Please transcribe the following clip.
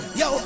yo